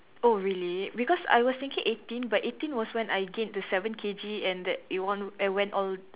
oh really because I was thinking eighteen but eighteen was when I gained the seven K_G and that it won~ it went all